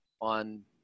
on